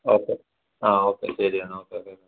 okay ആ okay ശരി എന്നാൽ ഓക്കെ ഓക്കെ